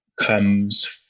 comes